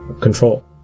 control